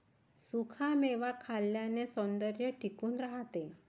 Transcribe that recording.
सुखा मेवा खाल्ल्याने सौंदर्य टिकून राहते